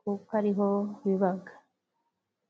kuko ariho bibaga.